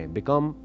Become